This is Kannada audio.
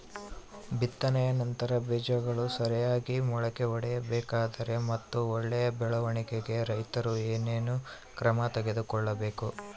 ಬಿತ್ತನೆಯ ನಂತರ ಬೇಜಗಳು ಸರಿಯಾಗಿ ಮೊಳಕೆ ಒಡಿಬೇಕಾದರೆ ಮತ್ತು ಒಳ್ಳೆಯ ಬೆಳವಣಿಗೆಗೆ ರೈತರು ಏನೇನು ಕ್ರಮ ತಗೋಬೇಕು?